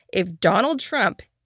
if donald trump,